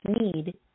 need